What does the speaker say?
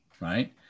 right